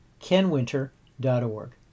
kenwinter.org